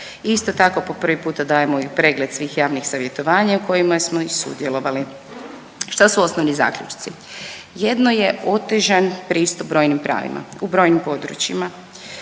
Isto tako, po prvi puta dajemo i pregled svih javnih savjetovanja u kojima smo i sudjelovali. Šta su osnovni zaključci? Jedno je otežan pristup brojnim pravima, u brojnim područjima,